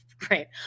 Great